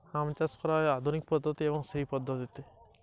আম চাষ কি কি পদ্ধতিতে করা হয়?